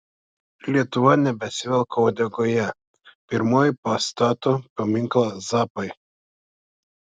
lietuva nebesivelka uodegoje pirmoji pastato paminklą zappai